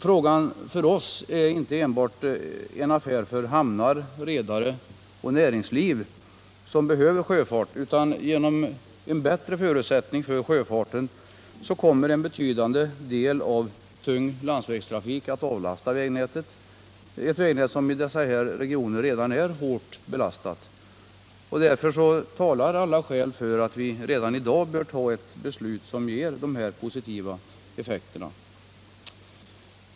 Frågan för oss är inte endast en affär för hamnar, redare och näringsliv som behöver sjöfart, utan genom en bättre förutsättning för insjöfarten kommer en betydande del av tung landsvägstrafik att avlastas vägnätet, som i dessa regioner är hårt belastat. Därför talar alla skäl för att vi redan i dag bör ta ett beslut som ger dessa positiva effekter.